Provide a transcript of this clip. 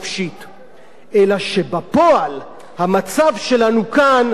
אלא שבפועל המצב שלנו כאן רחוק מאוד